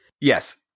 Yes